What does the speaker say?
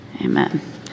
Amen